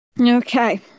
Okay